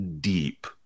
deep